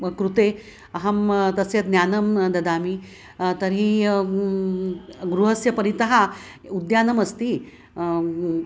कृते अहं तस्य ज्ञानं ददामि तर्हि गृहस्य परितः उद्यानमस्ति